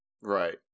Right